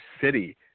city